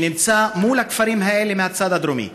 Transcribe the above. שנמצא מול הכפרים האלה מהצד הדרומי,